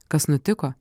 kas nutiko